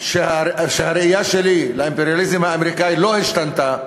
שהראייה שלי את האימפריאליזם האמריקני לא השתנתה,